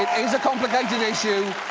is a complicated issue,